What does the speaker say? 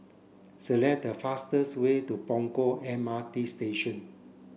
select the fastest way to Punggol M R T Station